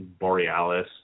Borealis